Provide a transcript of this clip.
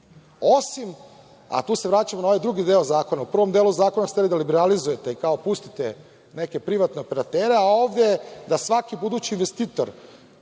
osim, a tu se vraćam na ovaj drugi deo zakona, u prvom delu zakona ste hteli da liberalizujete, kao pustite neke privatne operatere, a ovde da svaki budući investitor